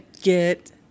Get